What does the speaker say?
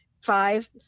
Five